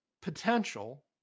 potential